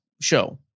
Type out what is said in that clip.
show